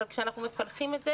אבל כשאנחנו מפלחים את זה